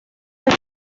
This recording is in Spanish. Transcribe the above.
les